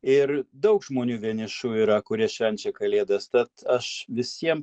ir daug žmonių vienišų yra kurie švenčia kalėdas tad aš visiem